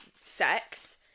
sex